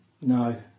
No